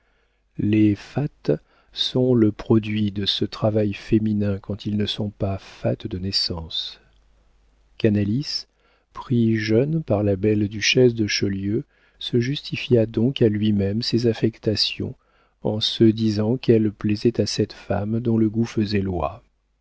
les fats sont le produit de ce travail féminin quand ils ne sont pas fats de naissance canalis pris jeune par la belle duchesse de chaulieu se justifia donc à lui-même ses affectations en se disant qu'elles plaisaient à cette femme dont le goût faisait loi